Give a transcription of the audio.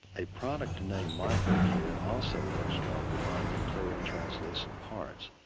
a product named microkleer also works well for bonding clear and translucent parts.